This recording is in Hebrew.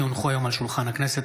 כי הונחו היום על שולחן הכנסת,